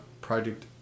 project